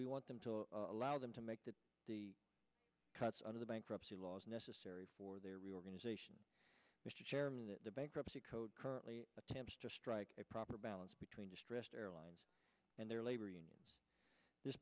we want them to allow them to make the cuts under the bankruptcy laws necessary for their reorganization mr chairman that the bankruptcy code currently attempts to strike a proper balance between distressed airlines and their labor in this